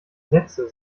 sätze